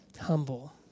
humble